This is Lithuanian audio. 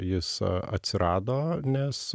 jis atsirado nes